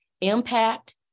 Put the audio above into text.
impact